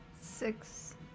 six